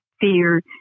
fear